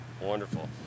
Wonderful